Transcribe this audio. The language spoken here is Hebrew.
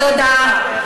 תודה.